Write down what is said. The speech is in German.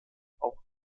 auch